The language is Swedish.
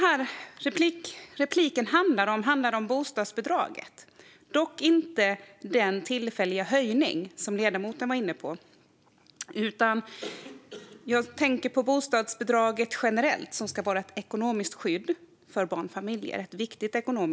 Min replik handlar om bostadsbidraget - dock inte den tillfälliga höjning som ledamoten var inne på. Jag tänker på bostadsbidraget generellt, som ska vara ett viktigt ekonomiskt skydd för barnfamiljer.